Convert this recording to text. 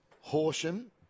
Horsham